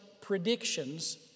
predictions